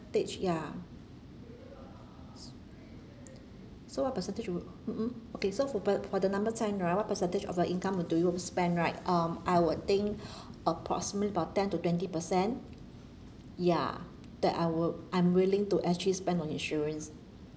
ya so what percentage would mm mm okay so for the for the number ten right what percentage of your income do you spend right um I would think approximate about ten to twenty percent ya that I will I'm willing to actually spend on insurance